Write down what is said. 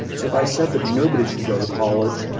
so if i said that nobody should go to college,